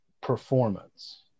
performance